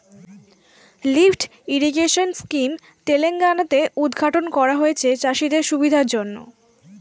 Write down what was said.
lift irrigation scheme Telangana তে উদ্ঘাটন করা হয়েছে চাষিদের সুবিধার জন্যে